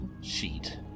sheet